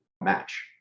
match